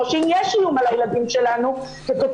או שאם יש איום על הילדים שלנו כתוצאה